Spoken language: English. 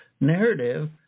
narrative